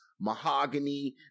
Mahogany